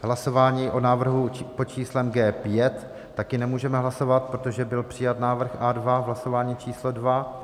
Hlasování o návrhu pod číslem G5 taky nemůžeme hlasovat, protože byl přijat návrh A2 v hlasování číslo dvě.